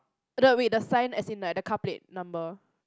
the wait the sign as in like the car plate number